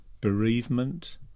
bereavement